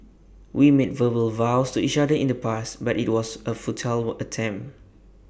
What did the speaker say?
we made verbal vows to each other in the past but IT was A futile attempt